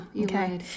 Okay